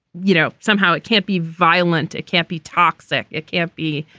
you know somehow it can't be violent. it can't be toxic it can't be.